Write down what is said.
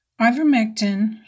Ivermectin